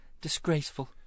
Disgraceful